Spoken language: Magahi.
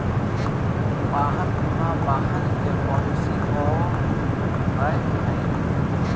वाहन बीमा वाहन के पॉलिसी हो बैय हइ